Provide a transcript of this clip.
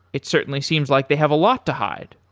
it certainly seems like they have a lot to hide.